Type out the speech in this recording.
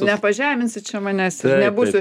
nepažeminsit čia manęs ir nebūsiu